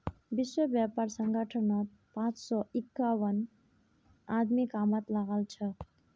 विश्व व्यापार संगठनत पांच सौ इक्यावन आदमी कामत लागल छ